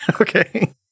Okay